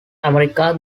america